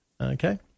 Okay